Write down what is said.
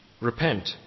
repent